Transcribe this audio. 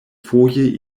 foje